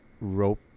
rope